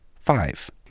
five